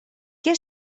què